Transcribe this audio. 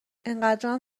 انقدرام